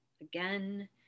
again